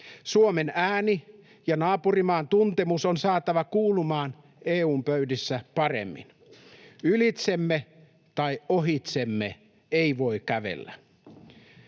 Suomen ääni ja naapurimaan tuntemus on saatava kuulumaan EU:n pöydissä paremmin. Ylitsemme tai ohitsemme ei voi kävellä.